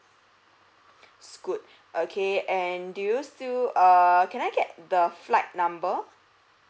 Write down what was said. good okay and do you still err can I get the flight number